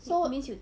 so what